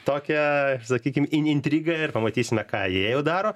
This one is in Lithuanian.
tokią sakykim in intrigą ir pamatysime ką jie jau daro